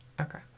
Okay